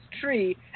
tree